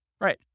Right